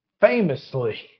famously